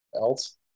else